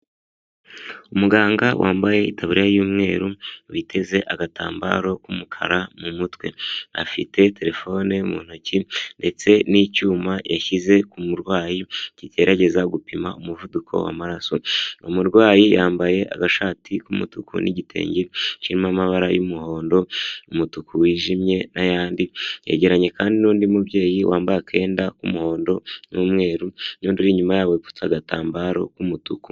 Umuganga wambaye itaburiya y'umweru, witeze agatambaro k'umukara mu mutwe ,afite telefone mu ntoki ndetse n'icyuma yashyize ku murwayi kigerageza gupima umuvuduko w'amaraso, umurwayi yambaye agashati k'umutuku n'igitenge kirimo amabara y'umuhondo, umutuku wijimye n'ayandi, yegeranye kandi n'undi mubyeyi wambaye akenda k'umuhondo n'umweru, nundi ur'inyuma yabo ufite agatambaro k'umutuku.